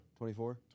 24